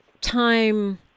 time